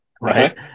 Right